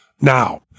Now